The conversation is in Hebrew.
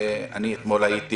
אתמול הייתי